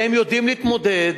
והם יודעים להתמודד.